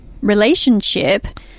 relationship